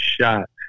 shot